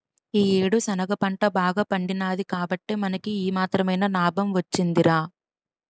ఈ యేడు శనగ పంట బాగా పండినాది కాబట్టే మనకి ఈ మాత్రమైన నాబం వొచ్చిందిరా